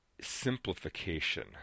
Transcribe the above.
simplification